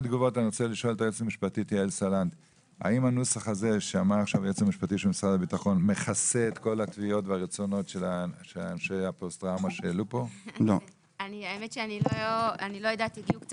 הקביעה לגבי כל אדם ואדם אם הוא נכנס להגדרה או לא היא קביעה של